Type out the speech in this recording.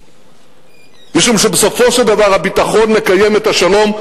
משום שבסופו של דבר הביטחון מקיים את השלום,